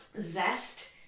zest